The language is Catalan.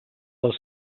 del